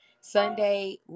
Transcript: Sunday